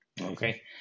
Okay